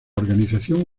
organización